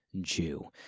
Jew